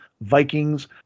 Vikings